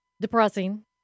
Depressing